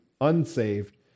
unsaved